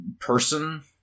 person